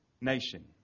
nation